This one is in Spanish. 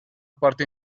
parte